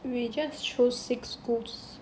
we just show six schools